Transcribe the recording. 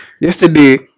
Yesterday